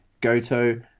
Goto